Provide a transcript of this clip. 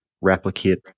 replicate